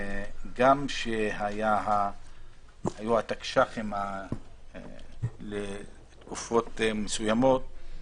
גם שהיו התקש"חים לתקופות מסוימות,